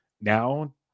now